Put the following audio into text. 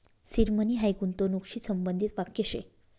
seed money हायी गूंतवणूकशी संबंधित वाक्य शे